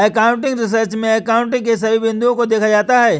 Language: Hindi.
एकाउंटिंग रिसर्च में एकाउंटिंग के सभी बिंदुओं को देखा जाता है